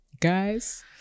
guys